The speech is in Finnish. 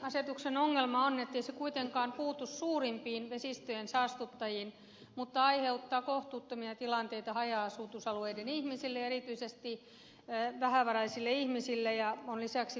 jätevesiasetuksen ongelma on ettei se kuitenkaan puutu suurimpiin vesistöjen saastuttajiin mutta se aiheuttaa kohtuuttomia tilanteita haja asutusalueiden ihmisille erityisesti vähävaraisille ihmisille ja on lisäksi tehoton